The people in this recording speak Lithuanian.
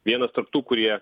vienas tarp tų kurie